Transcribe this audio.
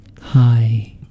Hi